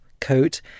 coat